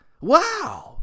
Wow